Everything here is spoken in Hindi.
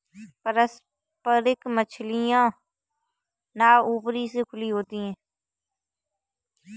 पारम्परिक मछियारी नाव ऊपर से खुली हुई होती हैं